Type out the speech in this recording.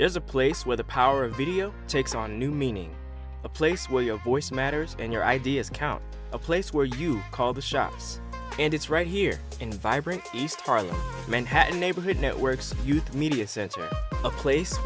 there's a place where the power of video takes on new meaning a place where your voice matters and your ideas count a place where you call the shots and it's right here in vibrant east harlem manhattan neighborhood networks of youth media center a place